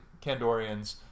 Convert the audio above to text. Kandorians